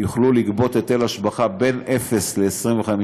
יוכלו לגבות היטל השבחה בין 0% ל-35%,